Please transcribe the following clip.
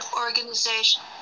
organization